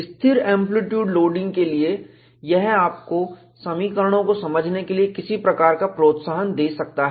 स्थिर amplitude loading के लिए यह आपको समीकरणों को समझने के लिए किसी प्रकार का प्रोत्साहन दे सकता है